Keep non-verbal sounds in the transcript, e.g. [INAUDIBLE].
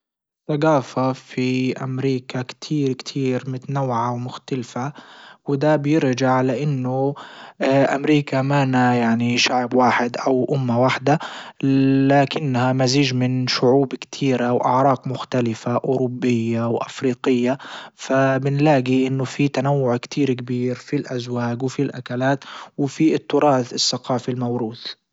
الثجافة في امريكا كتير كتير متنوعة ومختلفة وده بيرجع لانه [HESITATION] امريكا مانا يعني شعب واحد او امة واحدة. لكنها مزيج من شعوب كتيرة واعراق مختلفة اوروبية وافريقية فبنلاجي انه في تنوع كتير كبير في الازواج وفي الاكلات وفي التراث الثقافي الموروث.